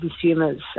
consumers